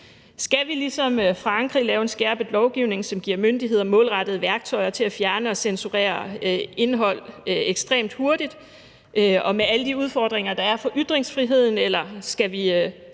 Skal vi ligesom Frankrig lave en skærpet lovgivning, som giver myndigheder målrettede værktøjer til at fjerne og censurere indhold ekstremt hurtigt, med alle de udfordringer, det giver for ytringsfriheden? Eller skal vi